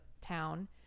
town